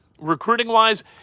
recruiting-wise